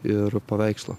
ir paveikslo